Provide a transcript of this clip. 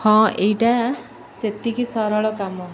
ହଁ ଏଇଟା ସେତିକି ସରଳ କାମ